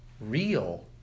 real